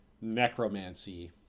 necromancy